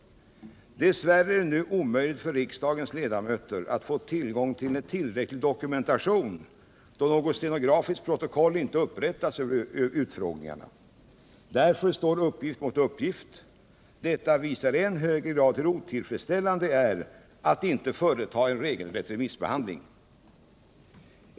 Dess värre är det nu omöjligt för riksdagens ledamöter att få tillgång till tillräcklig dokumentation, då något stenografiskt protokoll inte upprättats över utfrågningarna. Därför står uppgift mot uppgift. Detta visar i än högre grad hur otillfredsställande det är att inte företa en regelrätt remissbehandling.